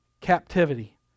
captivity